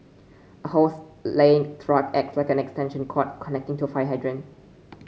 a hose laying truck acts like an extension cord connecting to fire hydrant